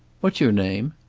what's your name?